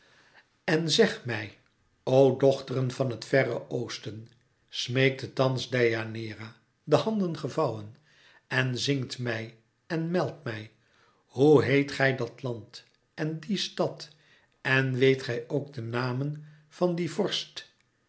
en zegt mij o dochteren van het verre oosten smeekte thans deianeira de handen gevouwen en zingt mij en meldt mij hoe heet gij dat land en die stad en weet gij ook de namen van dien vorst